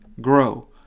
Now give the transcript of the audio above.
grow